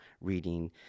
reading